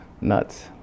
nuts